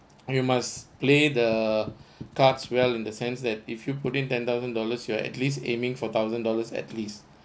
you must play the cards well in the sense that if you put in ten thousand dollars you are at least aiming for thousand dollars at least